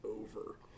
over